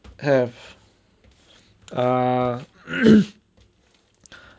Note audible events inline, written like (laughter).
have ah (coughs)